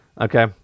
okay